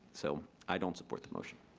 so, i don't support the motion.